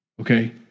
okay